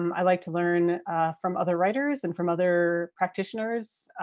um i like to learn from other writers and from other practitioners,